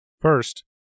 First